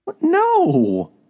No